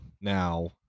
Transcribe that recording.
now